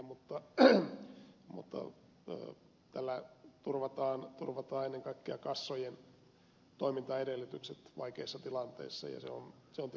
mutta tällä turvataan ennen kaikkea kassojen toimintaedellytykset vaikeissa tilanteissa ja se on tietenkin olennaista